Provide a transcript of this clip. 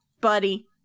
buddy